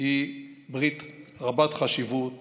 היא ברית רבת-חשיבות